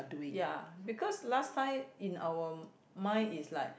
ya because last time in our mind is like